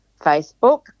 Facebook